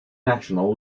national